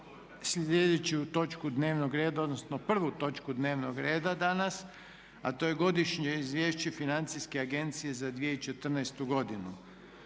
sljedeću točku dnevnog reda, odnosno prvu točku dnevnog reda danas, a to je - Godišnje izvješće Financijske agencije za 2014. godinu